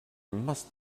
must